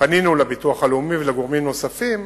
פנינו לביטוח הלאומי ולגורמים נוספים